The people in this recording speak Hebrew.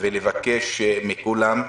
ולבקש מכולם.